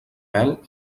pèl